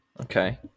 Okay